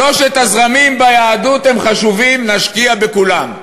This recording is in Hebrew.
שלושת הזרמים ביהדות הם חשובים, נשקיע בכולם.